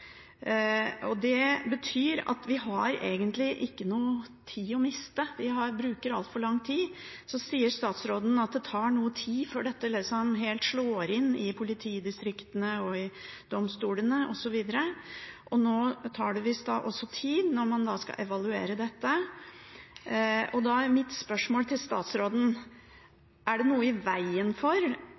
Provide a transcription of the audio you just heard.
Det betyr at vi har egentlig ikke noe tid å miste, vi bruker altfor lang tid. Så sier statsråden at det tar noe tid før dette helt slår inn i politidistriktene og i domstolene osv., og nå tar det visst også tid når man skal evaluere dette. Da er mitt spørsmål til statsråden: Er det noe i veien for